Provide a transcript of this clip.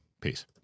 Peace